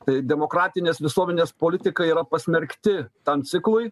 tai demokratinės visuomenės politikai yra pasmerkti tam ciklui